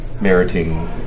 meriting